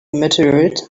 meteorite